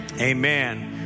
amen